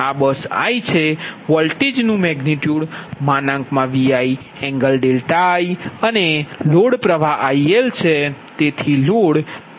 આ બસ i છે વોલ્ટેજનુ મેગનિટયુડ ViLi અને આ લોડ પ્ર્વાહ ILiછે